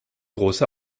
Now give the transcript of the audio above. große